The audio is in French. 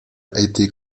été